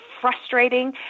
frustrating